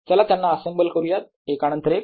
चला त्यांना असेंबल करूयात एकानंतर एक